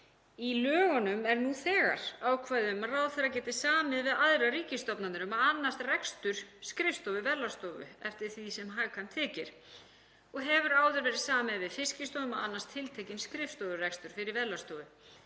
Í lögunum er nú þegar ákvæði um að ráðherra geti samið við aðrar ríkisstofnanir um að annast rekstur skrifstofu Verðlagsstofu eftir því sem hagkvæmt þykir og hefur áður verið samið við Fiskistofu um að annast tiltekinn skrifstofurekstur fyrir Verðlagsstofu.